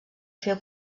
féu